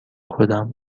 کدام